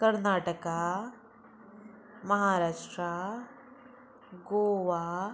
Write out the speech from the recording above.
Karnataka Maharashtra Goa